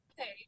Okay